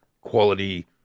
quality